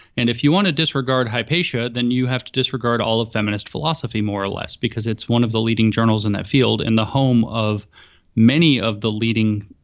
and if you want to disregard hypatia, you have to disregard all of feminist philosophy, more or less, because it's one of the leading journals in that field and the home of many of the leading